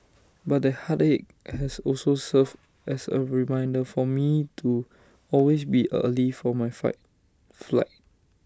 but that heartache has also served as A reminder for me to always be early for my flight